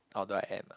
although I am lah